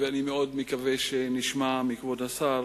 ואני מאוד מקווה שנשמע מכבוד השר